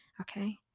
Okay